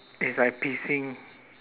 is like pissing